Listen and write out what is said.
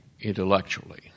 intellectually